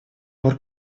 пор